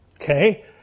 okay